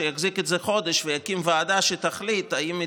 שיחזיק את זה חודש ויקים ועדה שתחליט אם היא